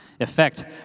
effect